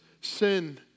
sin